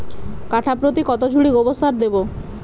কাঠাপ্রতি কত ঝুড়ি গোবর সার দেবো?